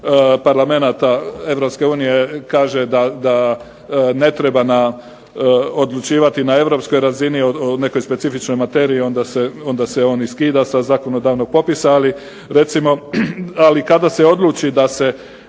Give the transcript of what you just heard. parlamenata EU kaže da ne treba odlučivati na europskoj razini o nekoj specifičnoj materiji onda se on i skida sa zakonodavnog popisa, ali kada se odluči da se